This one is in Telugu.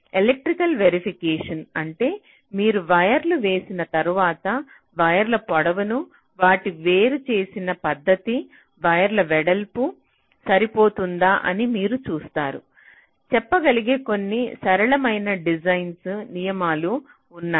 ఎలక్ట్రికల్ వెరిఫికేషన్ అంటే మీరు వైర్లను వేసిన తర్వాత వైర్ల పొడవును వాటిని వేరు చేసిన పద్ధతి వైర్ల వెడల్పు సరిపోతుందా అని మీరు చూస్తారు చెప్పగలిగే కొన్ని సరళమైన డిజైన్ నియమాలు ఉన్నాయి